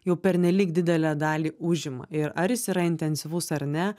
jau pernelyg didelę dalį užima ir ar jis yra intensyvus ar ne